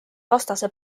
vastase